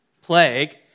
plague